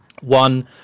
One